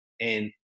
And-